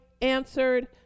answered